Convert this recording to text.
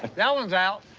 that one's out.